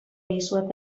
dizuet